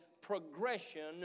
progression